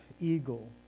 eagle